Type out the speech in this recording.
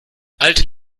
alte